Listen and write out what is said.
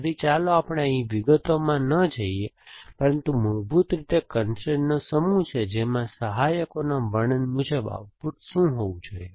તેથી ચાલો આપણે અહીં વિગતોમાં ન જઈએ પરંતુ મૂળભૂત રીતે કન્સ્ટ્રેઇનનો સમૂહ છે જેમાં સહાયકોના વર્ણન મુજબ આઉટપુટ શું હોવું જોઈએ